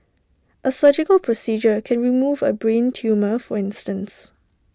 A surgical procedure can remove A brain tumour for instance